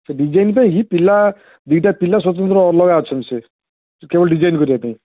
ସେ ଡିଜାଇନ୍ ପାଇଁକି ପିଲା ଦୁଇଟା ପିଲା ସ୍ୱତନ୍ତ୍ର ଅଲଗା ଅଛନ୍ତି ସେ କେବଳ ଡିଜାଇନ୍ କରିବା ପାଇଁ